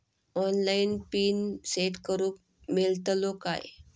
Online PIN set करूक मेलतलो काय?